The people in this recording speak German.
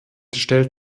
stellt